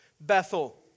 Bethel